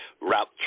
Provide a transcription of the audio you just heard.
Route